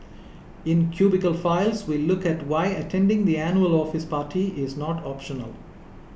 in Cubicle Files we look at why attending the annual office party is not optional